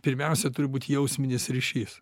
pirmiausia turi būt jausminis ryšys